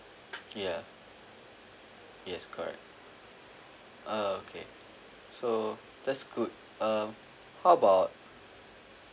ya yes correct uh okay so that's good uh how about